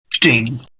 Ding